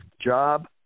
job